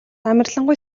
амарлингуй